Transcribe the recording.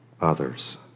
others